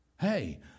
Hey